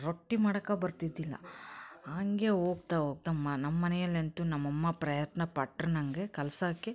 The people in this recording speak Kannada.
ರೊಟ್ಟಿ ಮಾಡಕ್ಕ ಬರ್ತಿದ್ದಿಲ್ಲ ಹಾಗೇ ಹೋಗ್ತಾ ಹೋಗ್ತಾ ಮ ನಮ್ಮ ಮನೆಯಲ್ಲಂತೂ ನಮ್ಮ ಅಮ್ಮ ಪ್ರಯತ್ನಪಟ್ರು ನನಗೆ ಕಲ್ಸಕ್ಕೆ